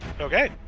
Okay